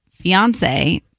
fiance